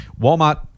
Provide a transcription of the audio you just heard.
Walmart